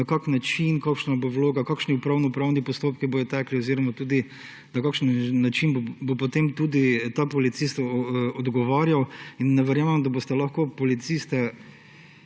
kakšna bo vloga, kakšni upravnopravni postopki bodo tekli oziroma tudi na kakšen način bo potem tudi ta policist odgovarjal. Ne verjamem, da boste lahko policiste